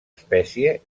espècie